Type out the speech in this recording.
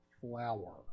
flower